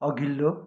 अघिल्लो